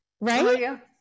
right